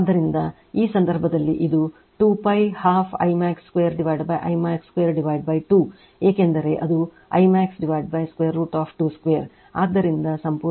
ಆದ್ದರಿಂದ ಈ ಸಂದರ್ಭದಲ್ಲಿ ಇದು 2 pi 12 I max2 I max 2 2 ಏಕೆಂದರೆ ಅದು I max √ 2 2 ಆದ್ದರಿಂದ ಸಂಪೂರ್ಣ 2